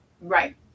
Right